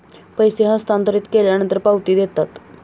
पैसे हस्तांतरित केल्यानंतर पावती देतात